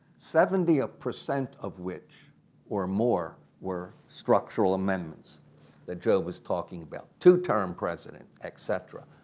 seventy ah percent of which or more were structural amendments that joe was talking about, two-term president, etc.